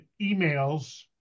emails